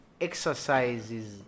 exercises